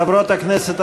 חברות הכנסת,